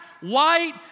white